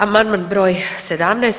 Amandman broj 17.